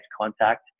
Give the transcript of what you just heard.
contact